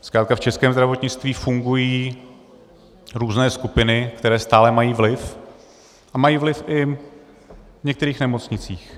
Zkrátka v českém zdravotnictví fungují různé skupiny, které stále mají vliv, a mají vliv i v některých nemocnicích.